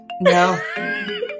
No